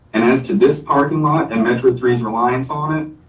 and as to this parking lot and metro threes reliance on it,